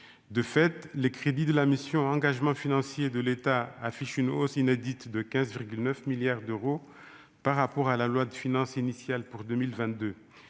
de fait, les crédits de la mission Engagements financiers de l'État affiche une hausse inédite de 15 9 milliards d'euros par rapport à la loi de finances initiale pour 2022